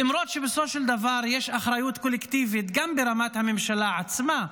למרות שבסופו של דבר יש אחריות קולקטיבית גם ברמת הממשלה עצמה,